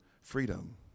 freedom